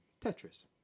Tetris